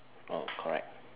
oh correct